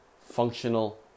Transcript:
Functional